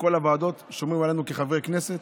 בכל הוועדות הם שומרים עלינו, חברי הכנסת,